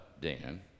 Dan